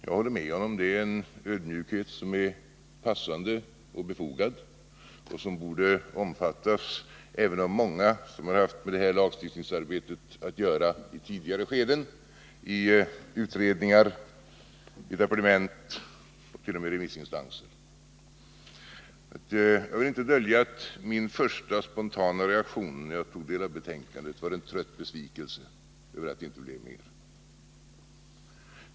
Jag håller med honom om att det är en ödmjukhet som är passande och befogad och som borde omfattas även av många som har haft med detta lagstiftningsarbete att göra i tidigare skeden, i utredningar, i departement och t.o.m. i remissomgången. Jag vill inte dölja att min första spontana reaktion när jag tog del av betänkandet var en trött besvikelse över att det inte blev mer.